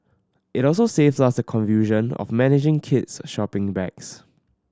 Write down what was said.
it also saves us the confusion of managing kids shopping bags